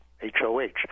H-O-H